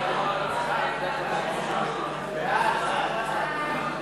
ההצעה להעביר את הצעת חוק חובת המכרזים (תיקון,